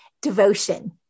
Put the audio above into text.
devotion